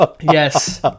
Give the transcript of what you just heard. Yes